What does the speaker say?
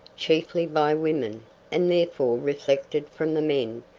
chiefly by women and therefore reflected from the men,